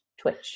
Twitch